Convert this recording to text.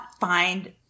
find